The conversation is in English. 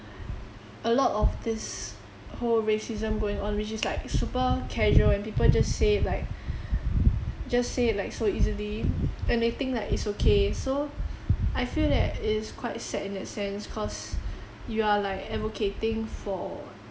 a lot of this whole racism going on which is like super casual and people just say it like just say it like so easily and they think like it's okay so I feel that it's quite sad in that sense cause you are like advocating for